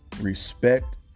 respect